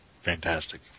Fantastic